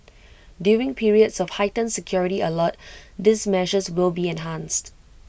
during periods of heightened security alert these measures will be enhanced